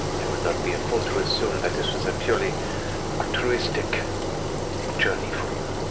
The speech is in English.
i would not be a fool to assume that this was a purely altruistic journey for you.